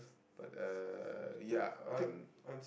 but uh ya I think